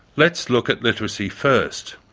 let's look at literacy first.